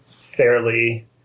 fairly